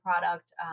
product